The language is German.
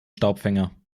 staubfänger